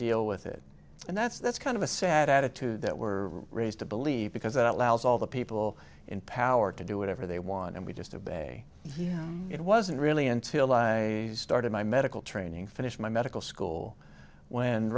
deal with it and that's that's kind of a sad attitude that we're raised to believe because it allows all the people in power to do whatever they want and we just obey it wasn't really until i started my medical training finished my medical school when